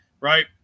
Right